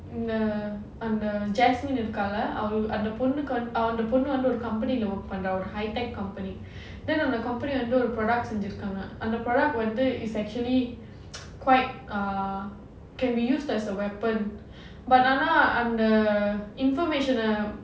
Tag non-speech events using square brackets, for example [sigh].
அந்த:andha jasmine இருக்காளா அந்த பொண்ணு வந்து ஒரு:irukaalaa andha ponnu vandhu oru company leh work பண்றா அந்த:pandra antha company ஒரு:oru high technology company அந்த:andha company வந்து:vandhu products ஒரு:oru product செஞ்சிருக்காங்க:senjirukaanga and the product அந்த:antha product வந்து:vanthu it's actually [noise] quite err can be used as a weapon but ஆனா அந்த:aanaa andha information uh